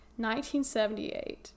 1978